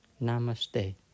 Namaste